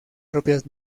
propias